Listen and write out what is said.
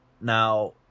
Now